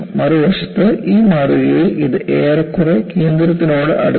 മറുവശത്ത് ഈ മാതൃകയിൽ ഇത് ഏറെക്കുറെ കേന്ദ്രത്തിനോട് അടുത്താണ്